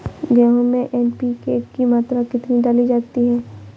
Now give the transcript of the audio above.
गेहूँ में एन.पी.के की मात्रा कितनी डाली जाती है?